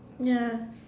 ya